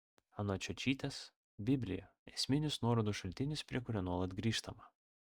anot čiočytės biblija esminis nuorodų šaltinis prie kurio nuolat grįžtama